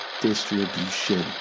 distribution